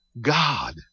God